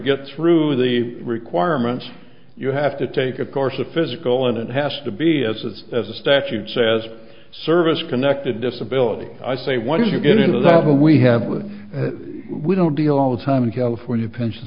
get through the requirements you have to take a course of physical and it has to be as it's as a statute says service connected disability i say once you get into that other we have with we don't deal all the time in california pension